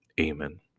Amen